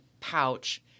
pouch